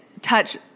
touch